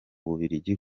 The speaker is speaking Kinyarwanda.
bubiligi